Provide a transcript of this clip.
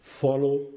follow